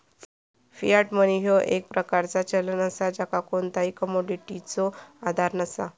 Fiat money ह्यो एक प्रकारचा चलन असा ज्याका कोणताही कमोडिटीचो आधार नसा